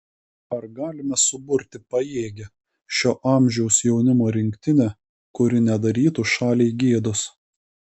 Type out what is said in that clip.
ar galime suburti pajėgią šio amžiaus jaunimo rinktinę kuri nedarytų šaliai gėdos